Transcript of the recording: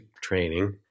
training